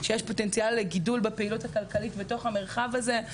יש פוטנציאל לגידול בפעילות הכלכלית בתוך המרחב הזה.